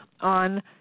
on